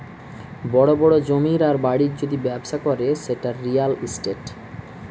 বড় বড় জমির আর বাড়ির যদি ব্যবসা করে সেটা রিয়্যাল ইস্টেট